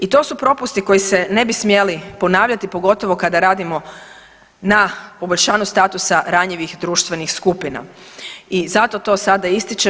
I to su propusti koji se ne bi smjeli ponavljati pogotovo kada radimo na poboljšanju statusa ranjivih društvenih skupina i zato to sada ističem.